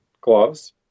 gloves